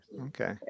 Okay